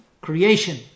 creation